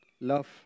Love